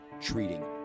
treating